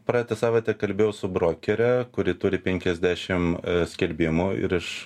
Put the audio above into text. praeitą savaitę kalbėjau su brokere kuri turi penkiasdešim skelbimų ir iš